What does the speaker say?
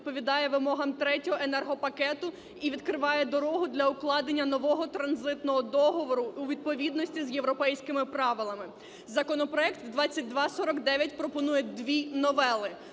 відповідає вимогам Третього енергопакету і відкриває дорогу для укладення нового транзитного договору у відповідності з європейськими правилами. Законопроект 2249 пропонує дві новели.